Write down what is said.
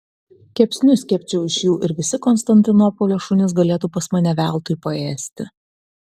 kepsnius kepčiau iš jų ir visi konstantinopolio šunys galėtų pas mane veltui paėsti